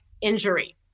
injury